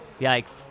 Yikes